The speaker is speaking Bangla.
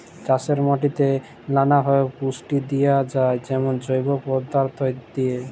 চাষের মাটিতে লালাভাবে পুষ্টি দিঁয়া যায় যেমল জৈব পদাথ্থ দিঁয়ে